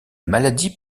maladie